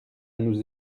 nous